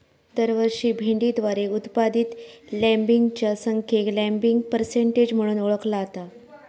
दरवर्षी भेंडीद्वारे उत्पादित लँबिंगच्या संख्येक लँबिंग पर्सेंटेज म्हणून ओळखला जाता